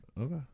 Okay